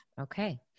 Okay